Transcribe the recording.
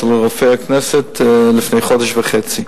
אצל רופא הכנסת לפני חודש וחצי.